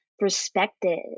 respected